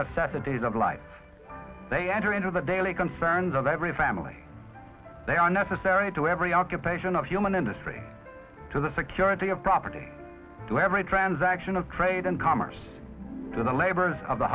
necessities of life they enter into the daily concerns of every family they are necessary to every occupation of human industry to the security of property to every transaction of trade and commerce to the labors